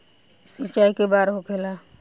सिंचाई के बार होखेला?